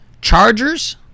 Chargers